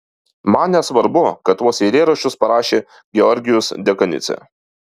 man nesvarbu kad tuos eilėraščius parašė georgijus dekanidzė